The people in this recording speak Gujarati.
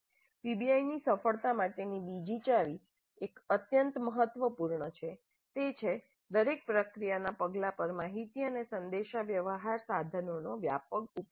પીબીઆઈની સફળતા માટેની બીજી ચાવી એક અત્યંત મહત્વપૂર્ણ છે તે છે દરેક પ્રક્રિયાના પગલા પર માહિતી અને સંદેશાવ્યવહાર સાધનોનો વ્યાપક ઉપયોગ થશે